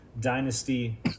dynasty